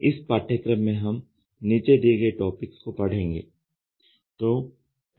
इस पाठ्यक्रम में हम नीचे दिए गए टॉपिक्स को पढेंगे